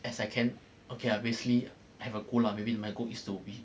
as I can okay ah basically have a goal lah maybe my goal is to be